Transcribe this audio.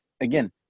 Again